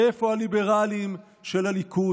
איפה הליברלים של הליכוד?